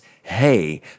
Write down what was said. Hey